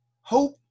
hope